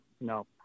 No